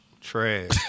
Trash